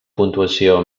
puntuació